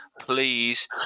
please